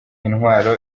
intwaro